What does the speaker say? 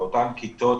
ואותן כיתות,